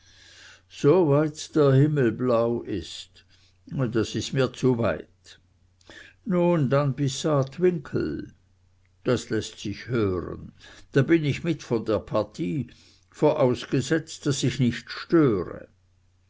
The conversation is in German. so weit der himmel blau ist das ist mir zu weit nun dann bis saatwinkel das läßt sich hören da bin ich mit von der partie vorausgesetzt daß ich nicht störe